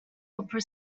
opera